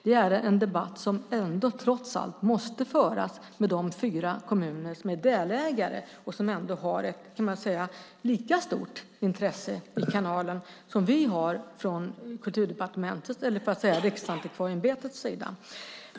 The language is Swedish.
Det är en debatt som ändå, trots allt, måste föras med de fyra kommuner som är delägare och som ändå har så att säga ett lika stort intresse i kanalen som vi har från Kulturdepartementets och Riksantikvarieämbetets sida.